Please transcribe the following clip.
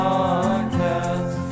Podcast